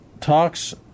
talks